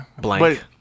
Blank